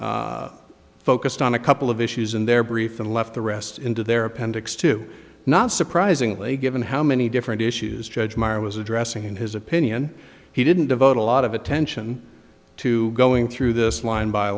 defendants focused on a couple of issues in their brief and left the rest into their appendix to not surprisingly given how many different issues judge maher was addressing in his opinion he didn't devote a lot of attention to going through this line by